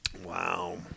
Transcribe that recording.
Wow